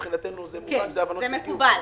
מבחינתנו זה --- זה מקובל.